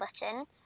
button